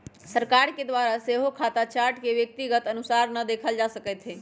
सरकार के द्वारा सेहो खता चार्ट के व्यक्तिगत अनुसारे न देखल जा सकैत हइ